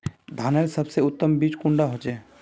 धानेर सबसे उत्तम बीज कुंडा होचए?